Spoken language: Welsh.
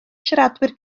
siaradwyr